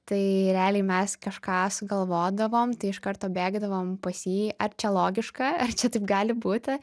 tai realiai mes kažką sugalvodavom tai iš karto bėgdavom pas jį ar čia logiška ar čia taip gali būti